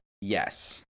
Yes